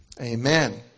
amen